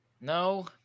No